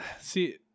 see